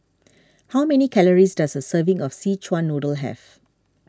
how many calories does a serving of Szechuan Noodle have